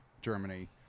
Germany